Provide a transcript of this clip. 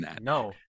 no